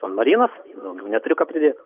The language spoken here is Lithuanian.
san marinas daugiau neturiu ką pridėt